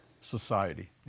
society